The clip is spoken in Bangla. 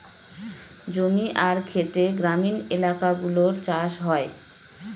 জমি আর খেতে গ্রামীণ এলাকাগুলো চাষ হয়